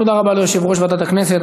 תודה רבה ליושב-ראש ועדת הכנסת.